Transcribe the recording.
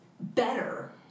Better